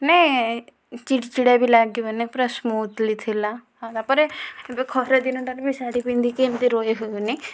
ନେ ଚିଡ଼ଚିଡ଼ା ବି ଲାଗିବନାହିଁ ପୁରା ସ୍ମୁଥ୍ଲି ଥିଲା ହଁ ତା'ପରେ ଏବେ ଖରା ଦିନଟାରେ ବି ଶାଢ଼ୀ ପିନ୍ଧିକି ଏମିତି ରହି ହେଉନାହିଁ